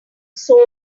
sold